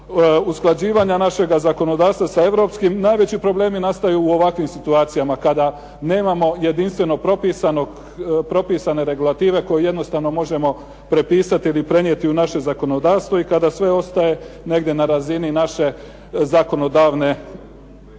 usklađivanja našega zakonodavstva s europskim. Najveći problemi nastaju u ovakvim situacijama kada nemamo jedinstveno propisane regulative koju jednostavno možemo prepisati ili prenijeti u naše zakonodavstvo i kada sve ostaje negdje na razini naše zakonodavne